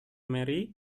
mary